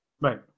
Right